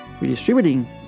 redistributing